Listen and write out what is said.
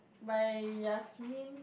by Yasmin